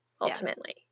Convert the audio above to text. ultimately